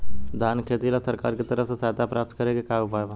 धान के खेती ला सरकार के तरफ से सहायता प्राप्त करें के का उपाय बा?